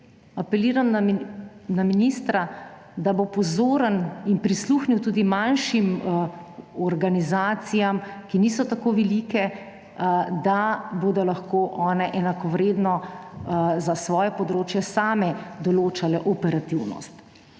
apeliram na ministra, da bo pozoren in prisluhnil tudi manjšim organizacijam, ki niso tako velike, da bodo lahko one enakovredno za svoje področje same določale operativnost.